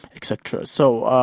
et cetera. so,